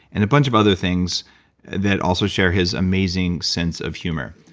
and a bunch of other things that also share his amazing sense of humor.